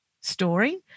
story